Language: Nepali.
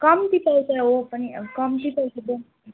कम्ती पाउँछ वो पनि कम्ती पाउँछ त